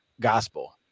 gospel